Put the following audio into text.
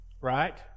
Right